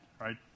right